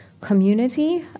community